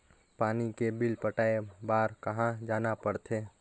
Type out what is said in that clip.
पानी के बिल पटाय बार कहा जाना पड़थे?